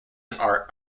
art